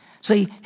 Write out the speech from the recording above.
See